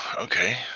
okay